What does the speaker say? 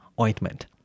ointment